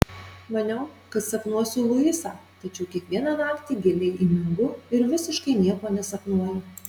maniau kad sapnuosiu luisą tačiau kiekvieną naktį giliai įmingu ir visiškai nieko nesapnuoju